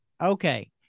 Okay